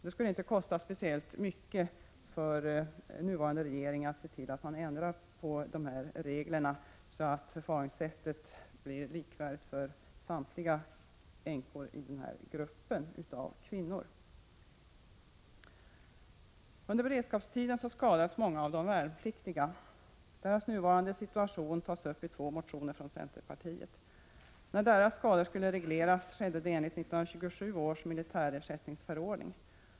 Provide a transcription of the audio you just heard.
Det skulle inte kosta speciellt mycket för regeringen att ändra på reglerna, så att förfaringssättet blir likvärdigt för samtliga änkor i den här gruppen kvinnor. Under beredskapstiden skadades många av de värnpliktiga. Deras nuvarande situation tas upp i två motioner från centerpartiet. När skadorna skulle regleras skedde det enligt 1927 års militärersättningsförordning.